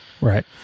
right